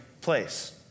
place